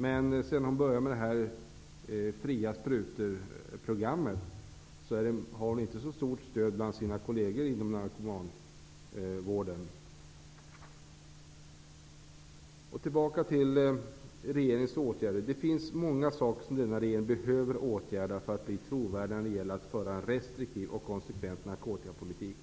Men sedan hon började med det här programmet för utdelning av fria sprutor har hon inte så stort stöd bland sina kolleger inom narkomanvården. Tillbaka till regeringens åtgärder. Det finns många saker som denna regering behöver åtgärda för att bli trovärdig i sina uttalanden om att man vill föra en restriktiv och konsekvent narkotikapolitik.